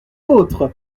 autre